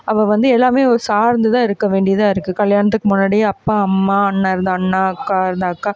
அவள் வந்து எல்லாமே ஒரு சார்ந்துதான் இருக்க வேண்டியதாக இருக்குது கல்யாணத்துக்கு முன்னாடி அப்பா அம்மா அண்ணன் இருந்தால் அண்ணன் அக்கா இருந்தால் அக்கா